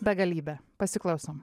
begalybę pasiklausom